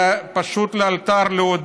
להודיע לאלתר: